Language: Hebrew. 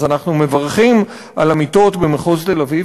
אז אנחנו מברכים על המיטות במחוז תל-אביב,